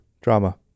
DRAMA